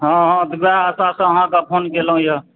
हँ हँ तऽ ओएह आशासँ आहाँकऽ फोन कयलहुँ यऽ